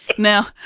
Now